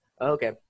Okay